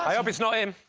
hope it's not him.